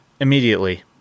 immediately